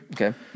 Okay